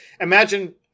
imagine